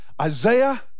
Isaiah